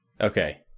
Okay